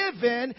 given